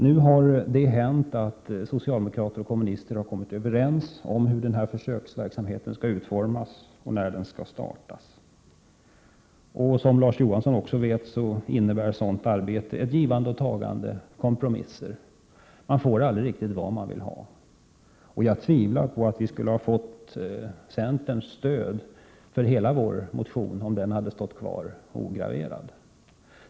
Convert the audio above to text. Nu har det hänt att socialdemokrater och kommunister har kommit överens om hur försöksverksamheten skall utformas och när den skall startas. Som Larz Johansson också vet, innebär sådana kompromisser ett givande och ett tagande. Man får aldrig riktigt vad man vill ha. Jag tvivlar på att vi skulle ha fått centerns stöd för hela vår motion, om den hade stått kvar ograverad.